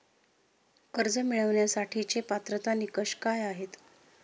कर्ज मिळवण्यासाठीचे पात्रता निकष काय आहेत?